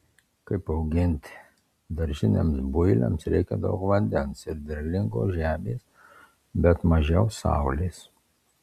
kaip auginti daržiniams builiams reikia daug vandens ir derlingos žemės bet mažiau saulės